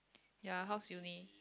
ya how's uni